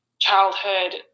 childhood